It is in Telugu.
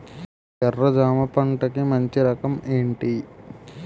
ఎర్ర జమ పంట కి మంచి రకం ఏంటి?